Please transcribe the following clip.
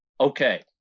okay